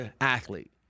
athlete